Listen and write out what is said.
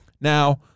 Now